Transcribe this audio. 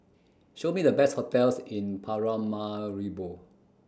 Show Me The Best hotels in Paramaribo